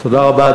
תודה רבה.